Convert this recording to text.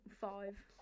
five